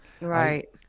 right